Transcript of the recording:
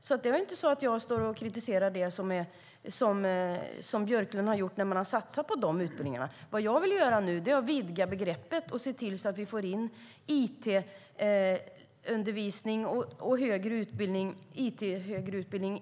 Det är alltså inte så att jag står och kritiserar det Björklund har gjort när han har satsat på de utbildningarna, utan det jag vill göra är att vidga begreppet och se till att vi får in it-undervisning och it i högre utbildning på fler områden.